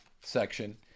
section